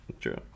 True